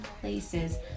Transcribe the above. places